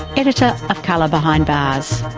editor of color behind bars.